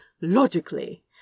logically